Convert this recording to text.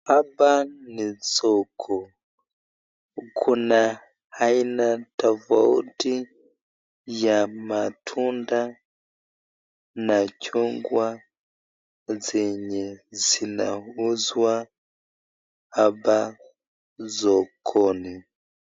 Hapa ni soko kuna aina tafauti ya matunda na chungwa zenye zinauzswa hapa sokoni.